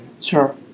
Sure